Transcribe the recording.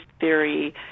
theory